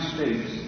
States